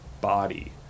body